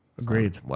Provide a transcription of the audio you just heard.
Agreed